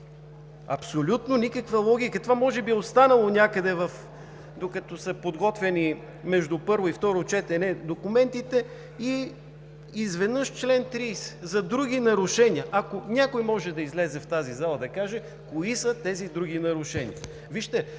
Абсолютно никаква логика! Това може би е останало някъде, докато са подготвяни между първо и второ четене документите, и изведнъж чл. 30 „…за други нарушения“. Ако някой в тази зала може, да излезе и да каже кои са тези други нарушения. Вижте,